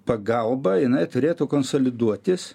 pagalba jinai turėtų konsoliduotis